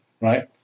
right